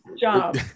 job